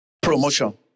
promotion